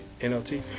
NLT